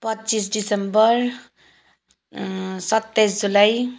पच्चिस दिसम्बर सत्ताइस जुलाई